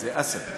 זה אסד.